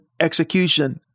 execution